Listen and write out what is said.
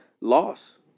loss